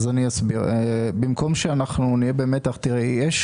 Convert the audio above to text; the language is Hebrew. במקום שנהיה במתח, אני אסביר.